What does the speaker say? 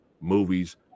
movies